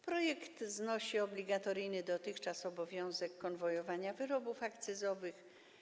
Projekt znosi obligatoryjny dotychczas obowiązek konwojowania wyrobów akcyzowych.